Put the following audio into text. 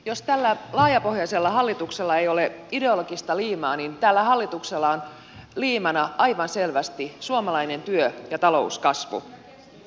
jos tällä laajapohjaisella hallituksella ei ole ideologista liimaa niin tällä hallituksella on liimana aivan selvästi suomalainen työ ja talouskasvu